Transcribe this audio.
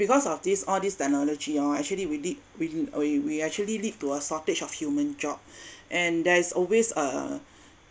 because of this all this technology orh actually we did we we actually lead to a shortage of human job and there's always a